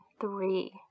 three